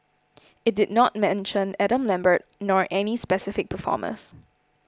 it did not mention Adam Lambert nor any specific performers